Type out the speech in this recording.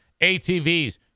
ATVs